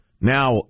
Now